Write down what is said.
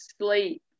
sleep